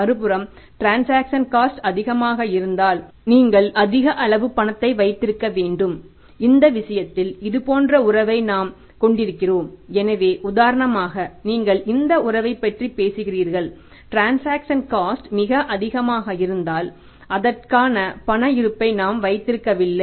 மறுபுறம் transaction cost மிக அதிகமாக இருந்தால் அதற்கான பண இருப்பை நாம் வைத்திருக்கவில்லை